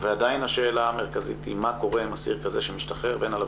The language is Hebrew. ועדיין השאלה המרכזית היא מה קורה עם אסיר כזה שמשתחרר ואין עליו